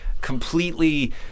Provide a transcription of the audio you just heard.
completely